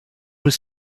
was